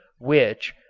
which,